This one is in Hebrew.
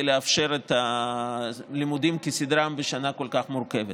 לאפשר את הלימודים כסדרם בשנה כל כך מורכבת.